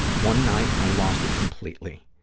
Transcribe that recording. one night, i lost it completely.